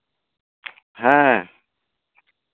ᱦᱮᱸ